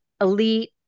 elite